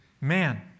man